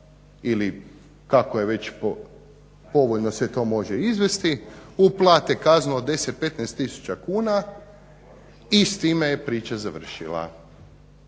ili kako je već povoljno se to može izvesti, uplate kaznu od 10, 15000 kuna i s time je priča završila.